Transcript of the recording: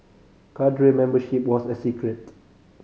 cadre membership was a secret